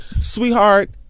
sweetheart